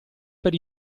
per